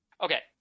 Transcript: Okay